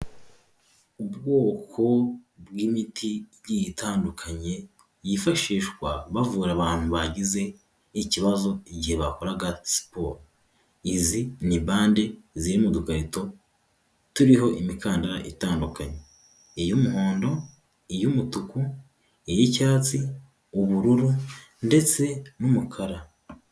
Ubwoko bw'imiti igiye itandukanye yifashishwa bavura abantu bagize ikibazo igihe bakoraga siporo, izi ni bande ziri mu dukweto turiho imikandara itandukanye iy'umuhondo, iy'umutuku, iy'icyatsi, ubururu ndetse n'umukara.